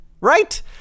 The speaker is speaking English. right